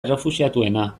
errefuxiatuena